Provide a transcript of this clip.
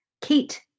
Kate